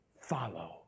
follow